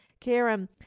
karen